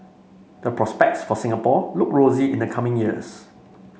the prospects for Singapore look rosy in the coming years